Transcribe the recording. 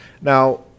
now